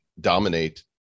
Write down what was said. dominate